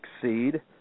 succeed